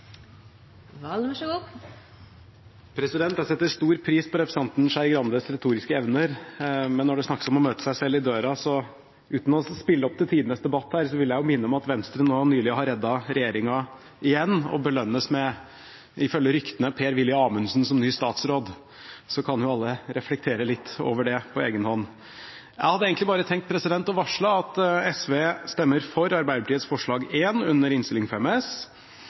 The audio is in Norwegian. Skei Grandes retoriske evner, men når det snakkes om å møte seg selv i døra, vil jeg – uten å spille opp til tidenes debatt – minne om at Venstre nylig har reddet regjeringen, igjen, og belønnes ifølge ryktene med Per-Willy Amundsen som ny statsråd. Så kan jo alle reflektere litt over det på egenhånd. Jeg hadde egentlig bare tenkt å varsle at SV stemmer for Arbeiderpartiets forslag nr. 1 i Innst. 5 S